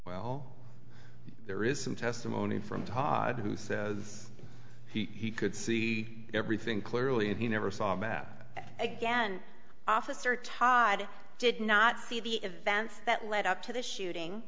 well there is some testimony from todd who says he could see everything clearly and he never saw that again officer todd did not see the events that led up to the shooting